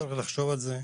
צריך לחשוב על זה.